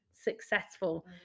successful